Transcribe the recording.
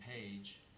page